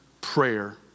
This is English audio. prayer